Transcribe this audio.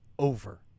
over